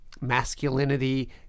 masculinity